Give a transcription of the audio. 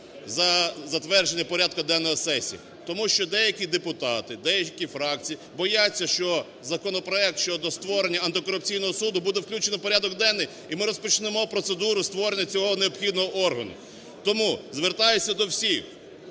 за затвердження порядку денного сесії. Тому що деякі депутати, деякі фракції бояться, що законопроект щодо створення антикорупційного суду буде включено в порядок денний, і ми розпочнемо процедуру створення цього необхідного органу. Тому звертаюся до всіх